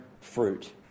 fruit